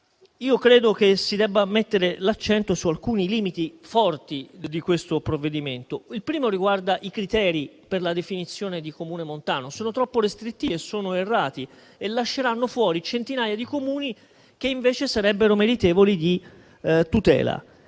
credo che si debba mettere l'accento su alcuni forti limiti del provvedimento. Il primo riguarda i criteri per la definizione di Comune montano, che sono troppo restrittivi, oppure errati e lasceranno fuori centinaia di Comuni che invece sarebbero meritevoli di tutela.